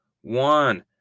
one